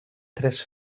tres